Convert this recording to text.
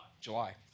July